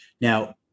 now